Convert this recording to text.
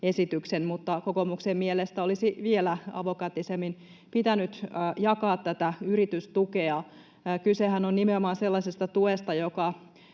esityksen, mutta kokoomuksen mielestä olisi vielä avokätisemmin pitänyt jakaa tätä yritystukea. Kysehän on nimenomaan sellaisesta tuesta, joka